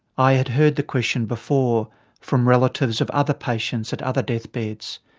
i had heard the question before from relatives of other patients, at other deathbeds.